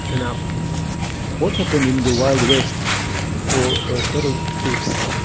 and outlaws what happened in the wild west for ah cattle thieves?